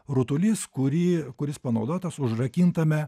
rutulys kurį kuris panaudotas užrakintame